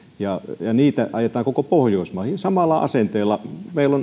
ja niitä ajetaan koko pohjoismaihin samalla asenteella meillä on